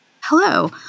Hello